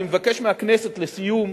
אני מבקש מהכנסת, לסיום,